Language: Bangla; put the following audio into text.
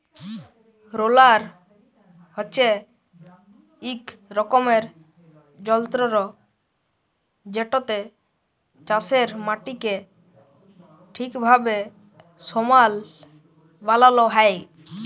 রোলার হছে ইক রকমের যল্তর যেটতে চাষের মাটিকে ঠিকভাবে সমাল বালাল হ্যয়